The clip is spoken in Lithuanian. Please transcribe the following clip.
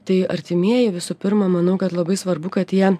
tai artimieji visų pirma manau kad labai svarbu kad jie